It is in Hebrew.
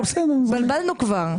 התבלבלנו כבר.